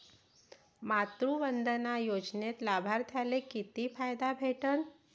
मातृवंदना योजनेत लाभार्थ्याले किती फायदा भेटन?